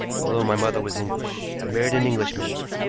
although my mother was english i married an englishman,